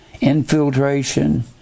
infiltration